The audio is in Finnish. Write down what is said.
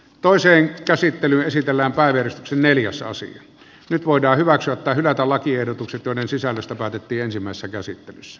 toiseen käsittelyyn esitellä vaan eri medioissa osin nyt voidaan hyväksyä tai hylätä lakiehdotukset joiden sisällöstä päätettiin ensimmäisessä käsittelyssä